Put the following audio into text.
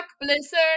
Blizzard